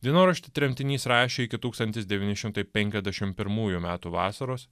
dienoraštį tremtinys rašė iki tūkstantis devyni šimtai penkiasdešimt pirmųjų metų vasaros